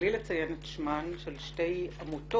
בלי לציין את שמן של שתי עמותות,